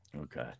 Okay